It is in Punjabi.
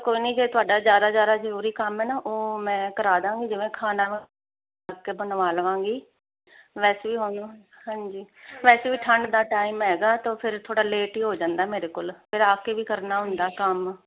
ਕੋਈ ਨੀ ਜੇ ਤੁਹਾਡਾ ਜਿਆਦਾ ਜਰੂਰੀ ਕੰਮ ਹੈ ਨਾ ਉਹ ਮੈਂ ਕਰਾ ਦਾਂਗੀ ਜਿਵੇਂ ਖਾਣਾ ਲਵਾਂਗੀ ਵੈਸੇ ਵੀ ਹੋ ਹਾਂਜੀ ਵੈਸੇ ਵੀ ਠੰਡ ਦਾ ਟਾਈਮ ਹੈਗਾ ਤੇ ਫਿਰ ਥੋੜਾ ਲੇਟ ਹੀ ਹੋ ਜਾਂਦਾ ਮੇਰੇ ਕੋਲ ਫਿਰ ਆਪ ਕੇ ਵੀ ਕਰਨਾ ਹੁੰਦਾ ਕੰਮ